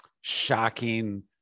shocking